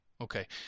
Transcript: Okay